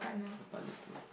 of a partner too